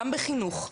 גם בחינוך,